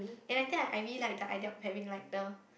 and I think I maybe like the idea of having lighter